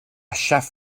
chef